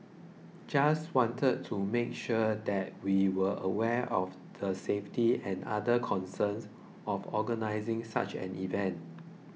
just wanted to make sure that we were aware of the safety and other concerns of organising such an event